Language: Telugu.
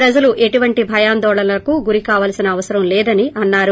ప్రజలు ఎటువంటి భయాందోళనలకు గురికావాల్సిన అవసరం లేదని అన్నారు